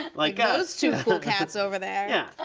like, ah. those two cool cats over there. yeah.